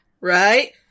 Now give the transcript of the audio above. Right